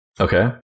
Okay